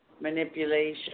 manipulation